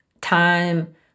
time